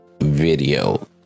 video